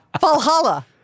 Valhalla